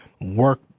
work